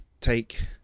take